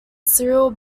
cyril